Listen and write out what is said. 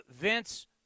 Vince